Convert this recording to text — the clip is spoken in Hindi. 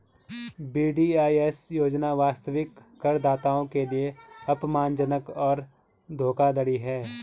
वी.डी.आई.एस योजना वास्तविक करदाताओं के लिए अपमानजनक और धोखाधड़ी है